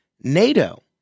NATO